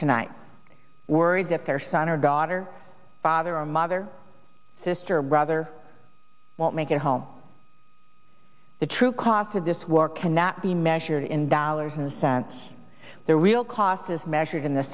tonight worried that their son or daughter father or mother sister or brother won't make it home the true cost of this war cannot be measured in dollars and cents the real cost is measured in the